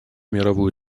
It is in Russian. мировую